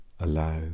allow